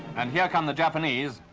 and here come the japanese.